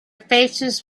faces